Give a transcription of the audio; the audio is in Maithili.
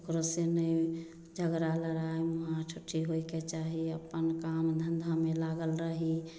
केकरो से नहि झगड़ा लड़ाइ मारा ठठ्ठी होइके चाही अपन काम धंधामे लागल रही